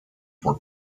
were